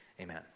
Amen